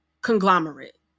conglomerate